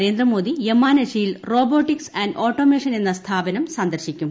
നരേന്ദ്രമോദി യമാനഷിയിൽ robotics and automation എന്ന സ്ഥാപനം സന്ദർശിക്കും